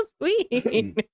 sweet